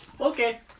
Okay